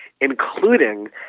including